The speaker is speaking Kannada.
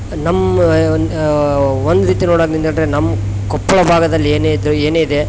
ನಮ್ಮ ಒಂದು ಒಂದು ರೀತಿ ನೋಡಕೆ ನಿಂತ್ಕೊಂಡ್ರೆ ನಮ್ಮ ಕೊಪ್ಪಳ ಭಾಗದಲ್ಲಿ ಏನೇ ಇದ್ದರು ಏನಿದೆ